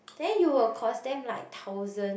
then you will cost them like thousand